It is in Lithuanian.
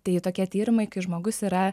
tai tokie tyrimai kai žmogus yra